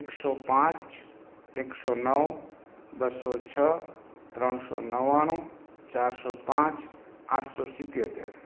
એકસો પાંચ એકસો નવ બસો છ ત્રણસો નવ્વાણું ચારસો પાંચ આઠસો સિત્તોતેર